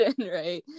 right